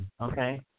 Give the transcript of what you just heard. okay